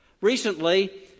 Recently